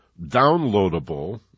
downloadable